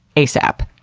asap.